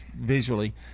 visually